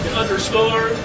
underscore